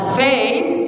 faith